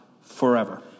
forever